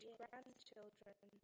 grandchildren